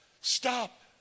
Stop